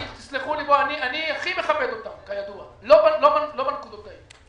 אני הכי מכבד אותם, רק לא בנקודות האלו.